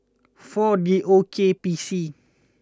four D O K P C